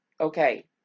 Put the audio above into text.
okay